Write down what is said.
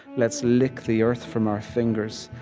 let's lick the earth from our fingers.